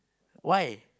why